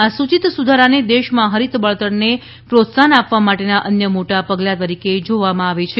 આ સૂચિત સુધારાને દેશમાં હરિત બળતણને પ્રોત્સાહન આપવા માટેના અન્ય મોટા પગલા તરીકે જોવામાં આવે છે